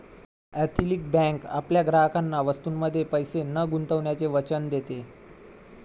ethical bank आपल्या ग्राहकांना वस्तूंमध्ये पैसे न गुंतवण्याचे वचन देते